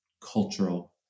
cultural